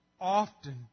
often